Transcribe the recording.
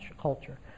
culture